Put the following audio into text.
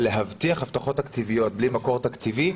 להבטיח הבטחות תקציביות בלי מקור תקציבי,